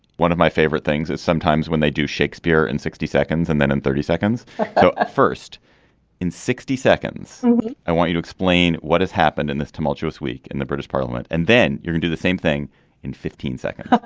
one of my favorite things is sometimes when they do shakespeare and sixty seconds and then in thirty seconds so a first in sixty seconds i want you to explain what has happened in this tumultuous week in the british parliament and then you can do the same thing in fifteen seconds.